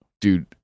Dude